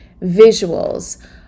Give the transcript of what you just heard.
visuals